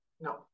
No